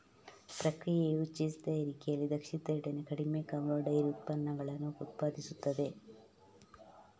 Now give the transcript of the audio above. ಪ್ರಕ್ರಿಯೆಯು ಚೀಸ್ ತಯಾರಿಕೆಯಲ್ಲಿ ದಕ್ಷತೆಯೊಡನೆ ಕಡಿಮೆ ಕಾರ್ಬ್ ಡೈರಿ ಉತ್ಪನ್ನಗಳನ್ನು ಉತ್ಪಾದಿಸುತ್ತದೆ